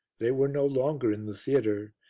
they were no longer in the theatre.